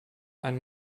ein